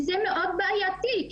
וזה מאוד בעייתי,